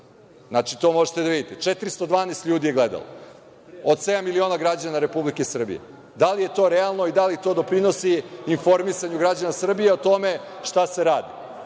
Znači, to možete da vidite, 412 ljudi je gledalo, od sedam miliona građana Republike Srbije. Da li je to realno i da li to doprinosi informisanju građana Srbije o tome šta se radi